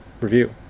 review